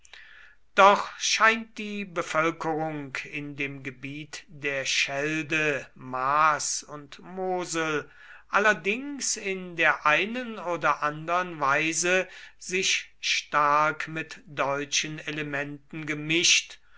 doch scheint die bevölkerung in dem gebiet der schelde maas und mosel allerdings in der einen oder andern weise sich stark mit deutschen elementen gemischt